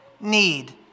need